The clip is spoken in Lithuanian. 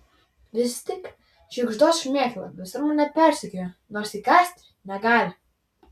vis tik žiugždos šmėkla visur mane persekioja nors įkąsti negali